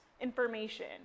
information